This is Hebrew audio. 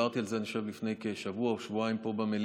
אני חושב שדיברתי על זה לפני כשבוע או שבועיים פה במליאה,